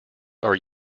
are